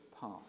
path